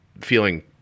feeling